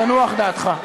תנוח דעתך.